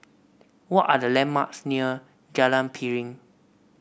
what are the landmarks near Jalan Piring